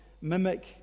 mimic